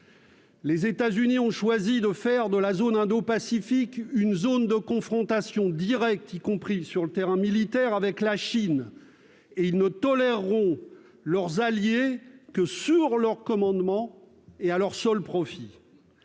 Les États-Unis ont choisi de faire de la zone indo-pacifique un espace de confrontation directe, y compris sur le terrain militaire, avec la Chine, et ils ne toléreront leurs alliés que sous leur commandement et à leur seul profit.